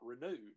renewed